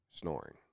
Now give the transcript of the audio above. Snoring